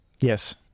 yes